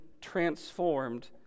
transformed